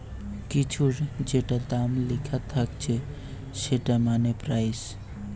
কিছুর যেটা দাম লিখা থাকছে সেটা মানে প্রাইস